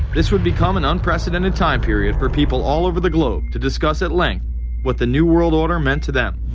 this would become an unprecedented time period for people all over the globe to discuss at length what the new world order meant to them.